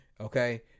okay